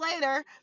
later